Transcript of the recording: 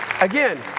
again